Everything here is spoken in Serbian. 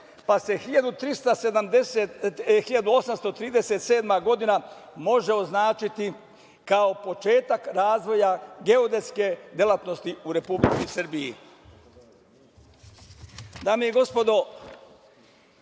pa se 1837. godina može označiti kao početak razvoja geodetske delatnosti u Republici Srbiji. Dame